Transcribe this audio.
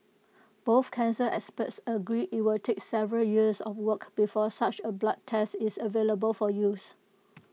both cancer experts agree IT will take several years of work before such A blood test is available for use